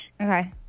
Okay